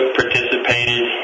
participated